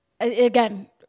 again